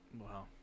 Wow